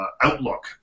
outlook